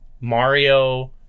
Mario